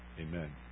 Amen